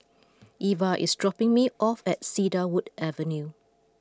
Eva is dropping me off at Cedarwood Avenue